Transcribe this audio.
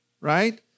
right